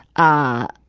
ah,